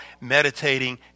meditating